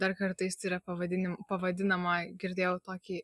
dar kartais yra pavadinimu pavadinama girdėjau tokį